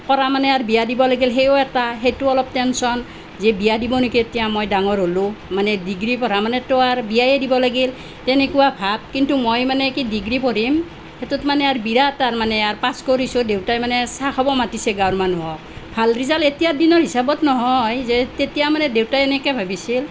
কৰা মানে আৰু বিয়া দিব লাগিল সেইও এটা সেইটো অলপ টেনশ্যন যে বিয়া দিব নেকি এতিয়া মই ডাঙৰ হ'লো মানে ডিগ্ৰী পঢ়া মানেতো আৰ বিয়াই দিব লাগিল তেনেকুৱা ভাব কিন্তু মই মানে কি ডিগ্ৰী পঢ়িম সেইটোত মানে আৰ বিৰাট তাৰ মানে আৰ মই পাছ কৰিছোঁ দেউতাই মানে চাহ খাব মাতিছে গাঁৱৰ মানুহক ভাল ৰিজাল্ট এতিয়া দিনৰ হিচাপত নহয় যে তেতিয়া মানে দেউতাই এনেকৈ ভাবিছিল